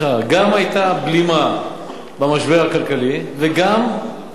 גם היתה בלימה במשבר הכלכלי וגם תנופה,